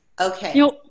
Okay